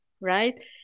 right